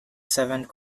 seventh